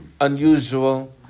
unusual